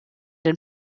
den